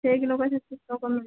छः किलो का छत्तीस सौ का मिल जाएगा